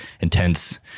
intense